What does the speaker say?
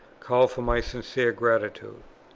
call for my sincere gratitude.